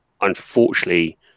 Unfortunately